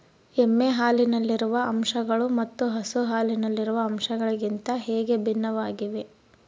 ಎಮ್ಮೆ ಹಾಲಿನಲ್ಲಿರುವ ಅಂಶಗಳು ಮತ್ತು ಹಸು ಹಾಲಿನಲ್ಲಿರುವ ಅಂಶಗಳಿಗಿಂತ ಹೇಗೆ ಭಿನ್ನವಾಗಿವೆ?